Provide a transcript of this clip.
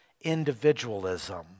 individualism